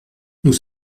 nous